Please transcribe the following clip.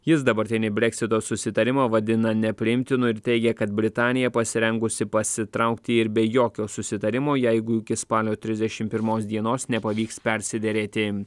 jis dabartinį breksito susitarimą vadina nepriimtinu ir teigia kad britanija pasirengusi pasitraukti ir be jokio susitarimo jeigu iki spalio trisdešimt pirmos dienos nepavyks persiderėti